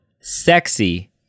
sexy